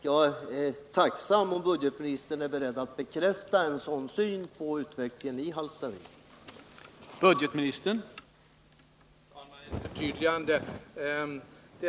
Jag är tacksam om budgetministern är beredd att bekräfta att han ser på utvecklingen i Hallstavik på det sättet.